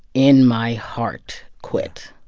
in my heart, quit.